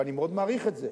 ואני מאוד מעריך את זה,